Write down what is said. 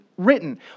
written